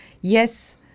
yes